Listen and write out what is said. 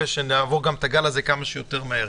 שנעבור את הגל הזה כמה שיותר מהר.